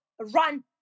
run